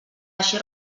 eixir